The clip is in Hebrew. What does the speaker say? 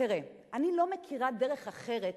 תראה, אני לא מכירה דרך אחרת